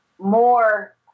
more